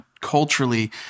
culturally